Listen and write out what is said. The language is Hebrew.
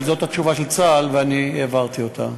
אבל זו התשובה של צה"ל ואני העברתי אותה.